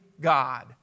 God